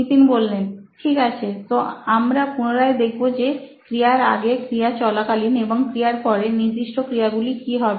নিতিন ঠিক আছে তো আমরা পুনরায় দেখবো যে ক্রিয়ার আগে ক্রিয়া চলাকালীন ও ক্রিয়ার পরে নির্দিষ্ট ক্রিয়াগুলি কি হবে